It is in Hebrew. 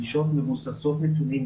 גישות מבוססות נתונים,